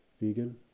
vegan